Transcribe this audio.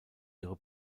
ihre